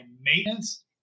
maintenance